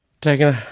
Taking